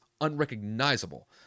unrecognizable